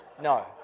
No